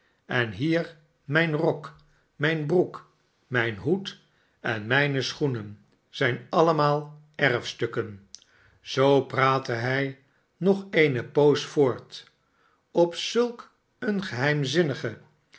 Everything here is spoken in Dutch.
en hier mijn rok mijne broek mijn hoed en mijne schoenen zijn altemaal erfstukken zoo praatte hij nog eene poos voort op zulk eene geheimzinnige